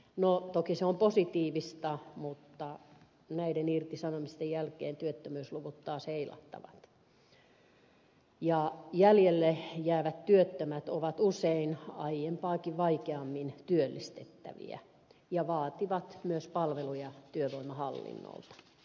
no toki se on positiivista mutta näiden irtisanomisten jälkeen työttömyysluvut taas heilahtavat ja jäljelle jäävät työttömät ovat usein aiempaakin vaikeammin työllistettäviä ja vaativat myös palveluja työvoimahallinnolta